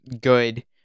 good